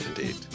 indeed